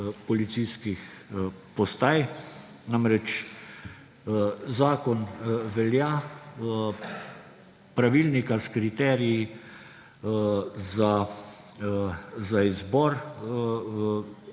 policijskih postaj. Namreč, zakon velja, pravilnika s kriteriji za izbor